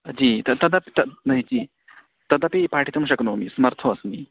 जी तत् तत् न जी तदपि पाठितुं शक्नोमि समर्थो अस्मि